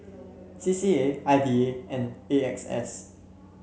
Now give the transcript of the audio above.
C C A I D A and A X S